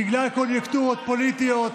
בגלל קוניונקטורות פוליטיות